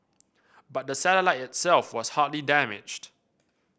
but the satellite itself was hardly damaged